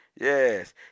Yes